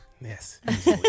Yes